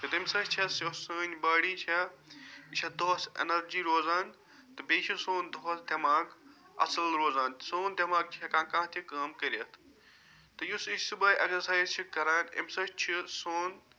تہٕ تَمہِ سۭتۍ چھےٚ یوٚس سٲنۍ باڈی چھےٚ یہِ چھےٚ دۄہَس ایٚنَرجی روزان تہٕ بیٚیہِ چھُ سون دۄہَس دٮ۪ماغ اصل روزان سون دٮ۪ماغ چھُ ہٮ۪کان کانٛہہ تہِ کٲم کٔرِتھ تہٕ یُس أسۍ صُبحٲے ایٚگزَسایز چھِ کَران اَمہِ سۭتۍ چھِ سون